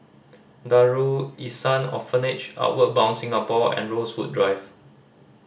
Darul Ihsan Orphanage Outward Bound Singapore and Rosewood Drive